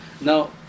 Now